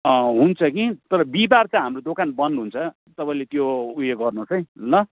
अँ हुन्छ कि तर बिहिबार चाहिँ हाम्रो दोकान बन्द हुन्छ तपाईँले त्यो उयो गर्नुहोस् है ल